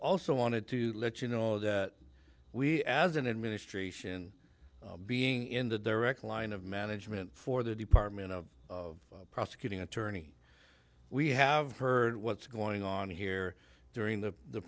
also wanted to let you know that we as an administration being in the direct line of management for the department of prosecuting attorney we have heard what's going on here during the